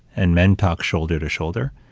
and men talk shoulder to shoulder.